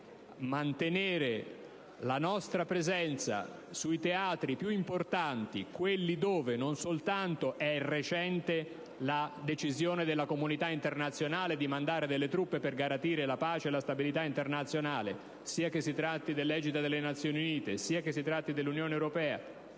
di mantenere la nostra presenza sui teatri più importanti (non soltanto quelli ai quali si riferisce la recente decisione della comunità internazionale di mandare delle truppe per garantire la pace e la stabilità internazionale, sia che si tratti dell'egida delle Nazioni Unite, sia che si tratti dell'Unione europea